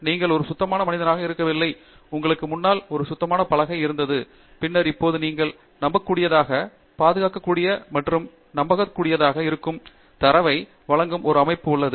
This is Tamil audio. நீங்கள் ஒரு சுத்தமான மனிதனாக இருக்கவில்லை உங்களுக்கு முன்னால் ஒரு சுத்தமான பலகை இருந்தது பின்னர் இப்போது நீங்கள் நம்பக்கூடியதாக பாதுகாக்கக்கூடிய மற்றும் நம்பக்கூடியதாக இருக்கும் தரவை வழங்கும் ஒரு அமைப்பு உள்ளது